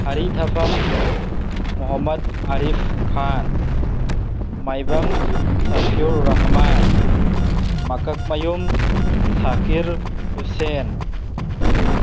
ꯍꯥꯔꯤꯊꯥꯐꯝ ꯃꯣꯍꯥꯃꯠ ꯑꯥꯔꯤꯐ ꯈꯥꯟ ꯃꯥꯏꯕꯝ ꯁꯥꯐꯤꯌꯨꯔ ꯔꯥꯍꯥꯃꯟ ꯃꯀꯛꯃꯌꯨꯝ ꯁꯥꯀꯤꯔ ꯍꯨꯁꯦꯟ